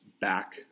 back